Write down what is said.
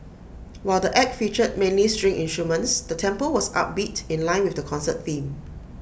while the act featured mainly string instruments the tempo was upbeat in line with the concert theme